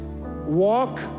walk